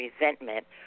resentment